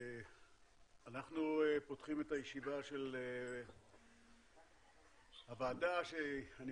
אנחנו פותחים את הישיבה של הוועדה שאני